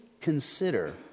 consider